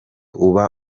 uba